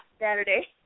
Saturday